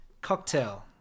cocktail